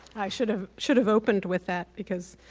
i should have should have opened with that because